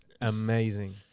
amazing